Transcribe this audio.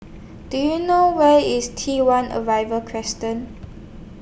Do YOU know Where IS T one Arrival Crescent